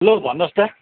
लौ भन्नुहोस् त